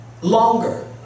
longer